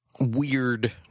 weird